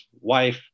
wife